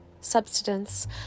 substance